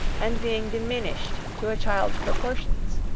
and being diminished to a child's proportions.